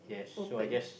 open